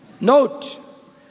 Note